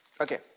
Okay